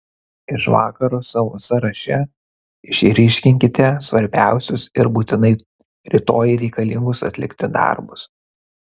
iš vakaro savo sąraše išryškinkite svarbiausius ir būtinai rytoj reikalingus atlikti darbus